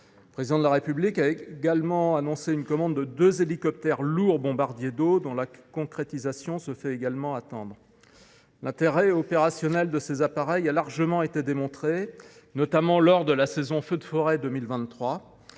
Le Président de la République a également annoncé une commande de deux hélicoptères lourds bombardiers d’eau, dont la concrétisation se fait également attendre. L’intérêt opérationnel de ces appareils a largement été démontré, notamment lors de la saison des feux de forêt de